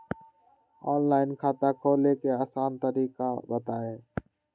Online खाता खोले के आसान तरीका बताए?